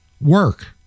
work